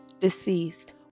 deceased